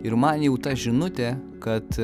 ir man jau ta žinutė kad